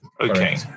Okay